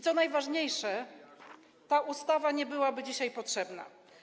Co najważniejsze, ta ustawa nie byłaby dzisiaj potrzebna.